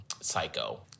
Psycho